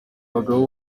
bagabo